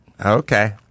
Okay